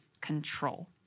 control